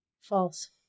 False